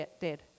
dead